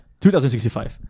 2065